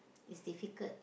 is difficult